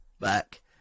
back